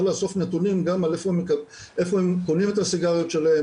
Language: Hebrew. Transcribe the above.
לאסוף נתונים גם על איפה הם קונים את הסיגריות שלהם,